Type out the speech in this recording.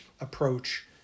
approach